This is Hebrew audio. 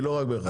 לא רק באחד.